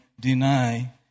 deny